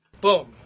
Boom